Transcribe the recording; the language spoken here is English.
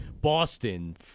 Boston